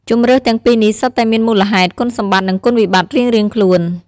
ជម្រើសទាំងពីរនេះសុទ្ធតែមានមូលហេតុ គុណសម្បត្តិ និងគុណវិបត្តិរៀងៗខ្លួន។